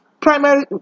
primary